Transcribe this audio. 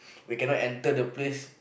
we cannot enter the place